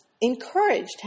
encouraged